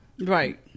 Right